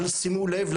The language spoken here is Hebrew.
אבל שימו לב,